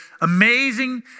amazing